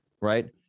Right